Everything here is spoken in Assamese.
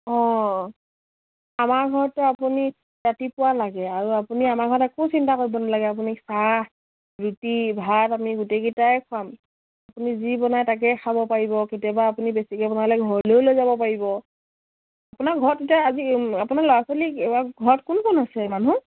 অঁ আমাৰ ঘৰতটো আপুনি ৰাতিপুৱা লাগে আৰু আপুনি আমাৰ ঘৰত একো চিন্তা কৰিব নালাগে আপুনি চাহ ৰুটি ভাত আমি গোটেইকেইটাই খুৱাম আপুনি যি বনাই তাকেই খাব পাৰিব কেতিয়াবা আপুনি বেছিকে বনালে ঘৰলৈও লৈ যাব পাৰিব আপোনাৰ ঘৰত এতিয়া আজি আপোনাৰ ল'ৰা ছোৱালীক ঘৰত কোন কোন আছে মানুহ